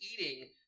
eating